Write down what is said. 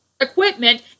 equipment